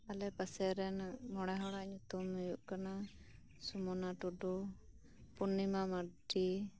ᱟᱞᱮ ᱯᱟᱥᱮᱨᱮᱱ ᱢᱚᱬᱮ ᱦᱚᱲᱟᱜ ᱧᱩᱛᱩᱢ ᱦᱳᱭᱳᱜ ᱠᱟᱱᱟ ᱥᱩᱢᱚᱱᱟ ᱴᱩᱰᱩ ᱯᱩᱨᱱᱤᱢᱟ ᱢᱟᱨᱰᱤ